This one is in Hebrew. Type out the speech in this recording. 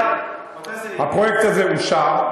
הפרויקט הזה אושר.